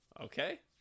Okay